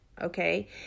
okay